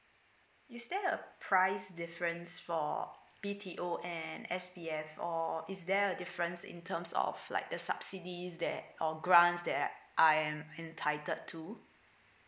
is there a price difference for B_T_O and S_B_F or is there a difference in terms of like the subsidies that or grants that I I am entitled to